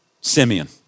Simeon